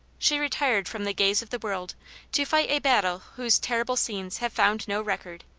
she retired from the gaze of the world to fight a battle whose terrible scenes have found no record,